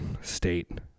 state